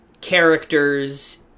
characters